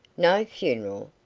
no funeral!